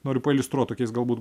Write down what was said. noriu pailiustruot tokiais galbūt